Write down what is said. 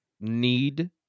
need